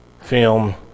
film